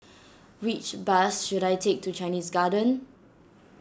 which bus should I take to Chinese Garden